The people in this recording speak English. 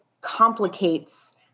complicates